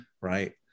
right